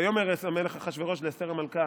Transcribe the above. ויאמר המלך אחשוורוש לאסתר המלכה,